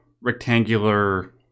rectangular